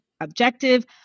objective